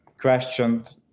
questioned